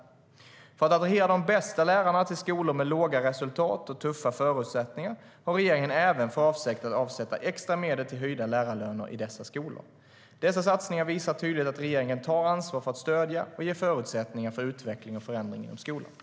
För att attrahera de bästa lärarna till skolor med låga resultat och tuffa förutsättningar har regeringen även för avsikt att avsätta extra medel till höjda lärarlöner i dessa skolor.